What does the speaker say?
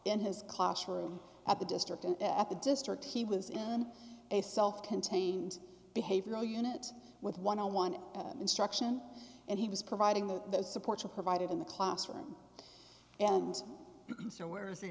in his classroom at the district and at the district he was in a self contained behavioral unit with one on one instruction and he was providing that the supports are provided in the classroom and so where is he